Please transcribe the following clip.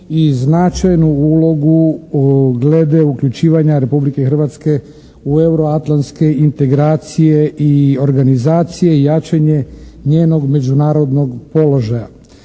i značajnu ulogu glede uključivanja Republike Hrvatske u Euro-atlantske integracije i organizacije i jačanje njeno međunarodnog položaja.